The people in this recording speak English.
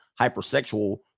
hypersexual